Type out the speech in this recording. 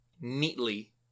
neatly